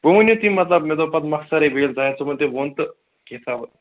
وۅنۍ ؤنِو تُہۍ مطلب مےٚ دوٚپ پَتہٕ مۄخصرے بیٚیہِ ییٚلہِ زٲہِد صٲبن ووٚن تہٕ کیںٛژھا